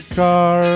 car